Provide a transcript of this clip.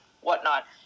whatnot